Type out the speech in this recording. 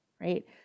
right